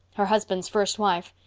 her husband's first wife.